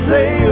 Say